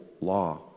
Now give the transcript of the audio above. law